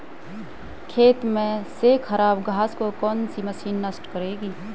खेत में से खराब घास को कौन सी मशीन नष्ट करेगी?